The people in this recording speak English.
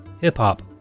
hip-hop